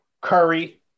Curry